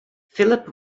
philip